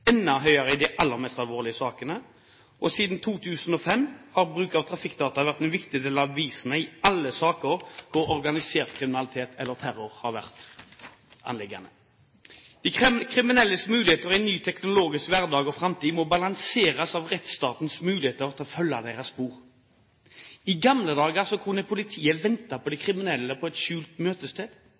enda høyere i de aller mest alvorlige sakene. Siden 2005 har bruk av trafikkdata vært en viktig del av bevisene i alle saker hvor organisert kriminalitet eller terror har vært anliggende. De kriminelles muligheter i en ny teknologisk hverdag og fremtid må balanseres av rettsstatens muligheter til å følge deres spor. I gamle dager kunne politiet vente på de kriminelle på et skjult møtested.